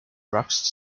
rocks